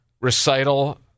recital